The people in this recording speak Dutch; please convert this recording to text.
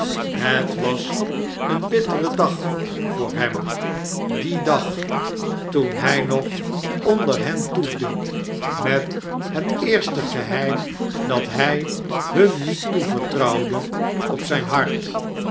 het was een bittere dag voor hem die dag toen hjj nog onder hen toefde met het eerste geheim dat hn hun niet toevertrouwde op zh'n hart